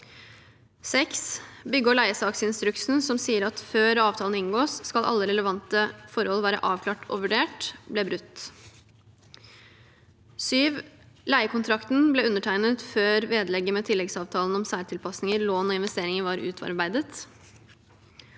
6. Bygge- og leiesaksinstruksen, som sier at før avtalen inngås, skal alle relevante forhold være avklart og vurdert, ble brutt. 7. Leiekontrakten ble undertegnet før vedlegget med tilleggsavtalen om særtilpasninger, lån og investeringer var utarbeidet.